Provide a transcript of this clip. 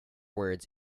words